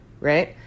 right